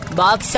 box